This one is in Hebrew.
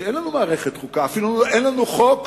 שאין לנו מערכת חוקה, אפילו אין לנו חוק,